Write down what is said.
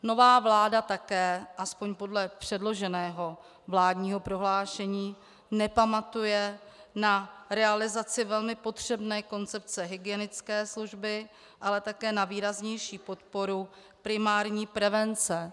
Nová vláda také, aspoň podle předloženého vládního prohlášení, nepamatuje na realizaci velmi potřebné koncepce hygienické služby, ale také na výraznější podporu primární prevence.